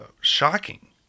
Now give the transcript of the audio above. Shocking